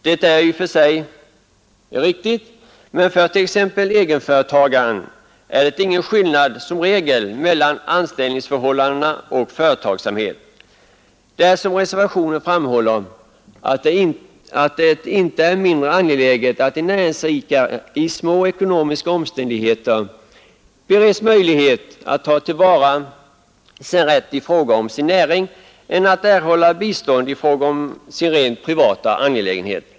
Det är i och för sig riktigt, men för t.ex. egenföretagaren är det som regel ingen skillnad mellan anställningsförhållande och företagsamhet. Det är, såsom framhålls i reservationen, ”inte mindre angeläget att en näringsidkare i små ekonomiska omständigheter bereds möjlighet att ta till vara sin rätt i fråga om sin näring än att han erhåller bistånd i fråga om sina rent privata angelägenheter”.